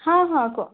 ହଁ ହଁ କୁହ